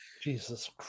Jesus